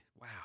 Wow